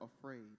afraid